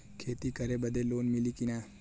खेती करे बदे लोन मिली कि ना?